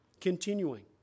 Continuing